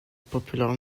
popular